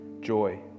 joy